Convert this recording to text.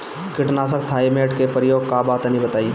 कीटनाशक थाइमेट के प्रयोग का बा तनि बताई?